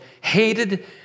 hated